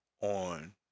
on